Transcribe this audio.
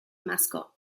mascot